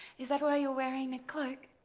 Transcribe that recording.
is that why you're wearing the cloak?